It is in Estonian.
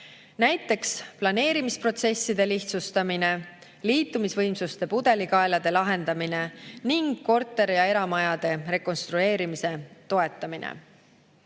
Näiteks, planeerimisprotsesside lihtsustamine, liitumisvõimsuste pudelikaelade lahendamine ning korter- ja eramajade rekonstrueerimise toetamine.